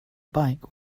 bike